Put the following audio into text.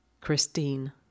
Christine